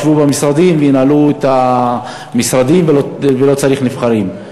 ישבו במשרדים וינהלו את המשרדים ולא צריך נבחרים.